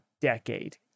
decade